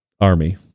army